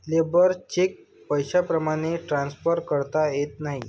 labour cheque पैशाप्रमाणे transfer करता येत नाही